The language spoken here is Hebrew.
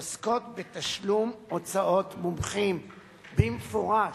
עוסקות בתשלום הוצאות מומחים במפורש.